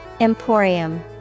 Emporium